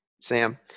Sam